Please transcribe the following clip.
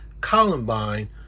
columbine